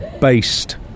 based